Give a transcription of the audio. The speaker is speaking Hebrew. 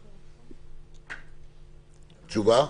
תשובה?